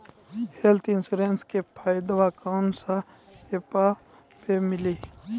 Health इंश्योरेंसबा के फायदावा कौन से ऐपवा पे मिली?